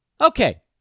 Okay